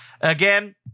Again